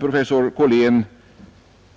Professor Korlén